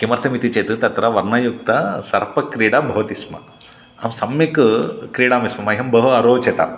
किमर्थमिति चेत् तत्र वर्णयुक्तसर्पक्रीडा भवति स्म अहं सम्यक् क्रीडामि स्म मह्यं बहु अरोचत